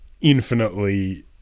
infinitely